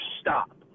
stop